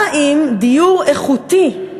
מה עם דיור איכותי?